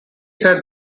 said